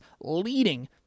leading